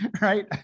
right